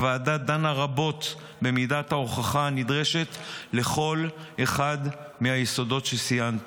הוועדה דנה רבות במידת ההוכחה הנדרשת לכל אחד מהיסודות שציינתי.